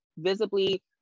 visibly